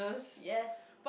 yes